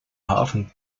hafen